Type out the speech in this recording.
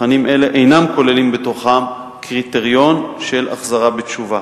מבחנים אלה אינם כוללים בתוכם קריטריון של החזרה בתשובה.